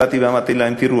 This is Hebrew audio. באתי ואמרתי להם: תראו,